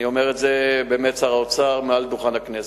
אני אומר את זה באמת, שר האוצר, מעל דוכן הכנסת.